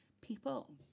People